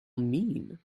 mean